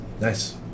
Nice